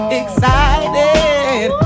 excited